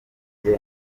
njye